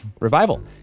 Revival